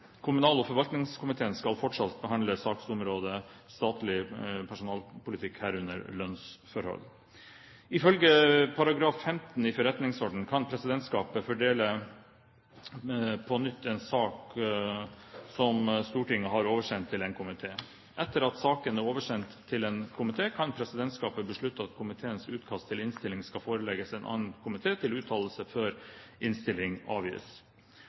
Kommunal- og forvaltningskomiteen skal fortsatt behandle saksområdet statlig personalpolitikk, herunder lønnsforhold. Ifølge § 15 i Stortingets forretningsorden kan presidentskapet fordele på nytt en sak som Stortinget har oversendt til en komité. Etter at saken er oversendt til en komité, kan presidentskapet beslutte at komiteens utkast til innstilling skal forelegges en annen komité til uttalelse før innstilling